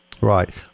Right